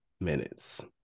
Minutes